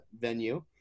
venue